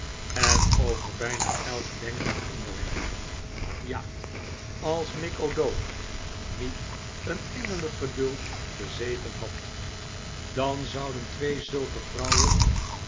en over bijna elk denkbaar onderwerp ja als mick o'dowd niet een engelengeduld bezeten had dan zouden twee zulke vrouwen